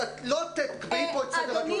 את לא תקבעי פה את סדר-היום.